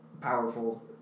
powerful